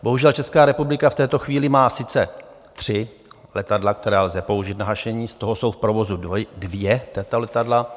Bohužel Česká republika v této chvíli má sice tři letadla, která lze použít na hašení, z toho jsou v provozu dvě ta letadla.